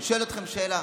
אני שואל אתכם שאלה: